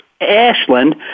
Ashland